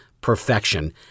perfection